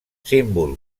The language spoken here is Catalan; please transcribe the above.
símbol